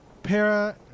Para